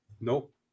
Nope